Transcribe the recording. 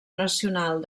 nacional